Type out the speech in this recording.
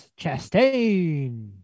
Chastain